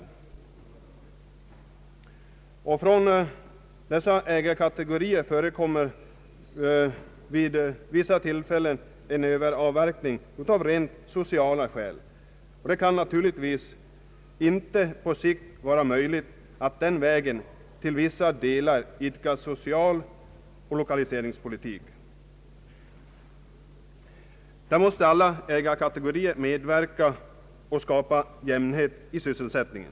Hos denna senare ägarkategori förekommer vid vissa tillfällen en överavverkning av rent sociala skäl. Det kan naturligtvis inte på sikt vara möjligt att den vägen i viss mån idka socialoch lokaliseringspolitik. Här måste alla ägarkategorier medverka och skapa jämnhet i sysselsättningen.